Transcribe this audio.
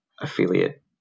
affiliate